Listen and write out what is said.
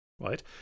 right